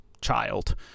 child